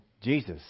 Jesus